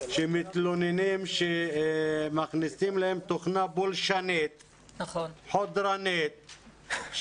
שמתלוננים שמכניסים אליהם תוכנה פולשנית, חודרנית.